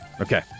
Okay